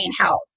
health